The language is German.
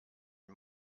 die